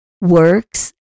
Works